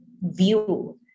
view